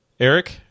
Eric